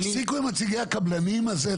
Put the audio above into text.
אני --- תפסיקו עם נציגי הקבלנים הזה.